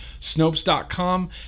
Snopes.com